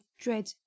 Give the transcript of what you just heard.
dread